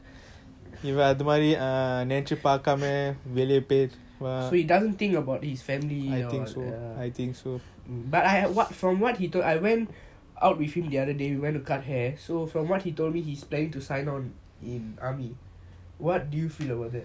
he doesn't think about his family all ya so but I what from what he told from what he told I went out with him the other day we went to cut hair so from what he told me he is planning to sign on in army what do you feel about that